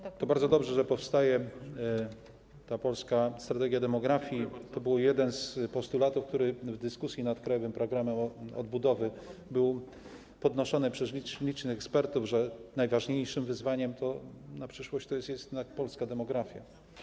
To bardzo dobrze, że powstaje polska strategia demografii, to był jeden z postulatów, który w dyskusji nad krajowym programem odbudowy był podnoszony przez licznych ekspertów, mówili, że najważniejszym wyzwaniem na przyszłość jest polska demografia.